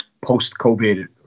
post-COVID